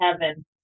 heaven